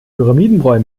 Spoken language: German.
pyramidenbräu